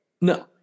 No